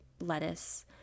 lettuce